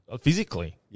physically